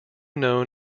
known